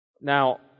Now